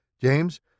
James